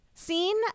scene